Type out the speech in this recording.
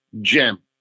Gem